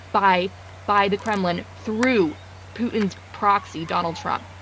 by by the kremlin through putin's proxy, donald trump.